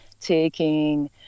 taking